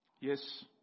Yes